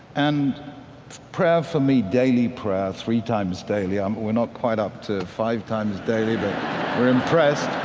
and prayer for me, daily prayer three times daily. um we're not quite up to five times daily but we're impressed.